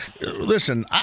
listen